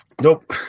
Nope